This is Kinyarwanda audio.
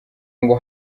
ngo